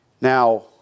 Now